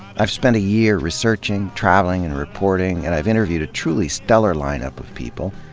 i've spent a year researching, traveling and reporting, and i've interviewed a truly stellar lineup of people,